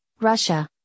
Russia